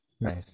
nice